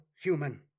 human